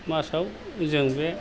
मार्सआव जों बे